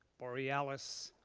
borealis,